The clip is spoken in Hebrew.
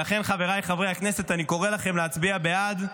ולכן, חבריי חברי הכנסת, אני קורא לכם להצביע בעד.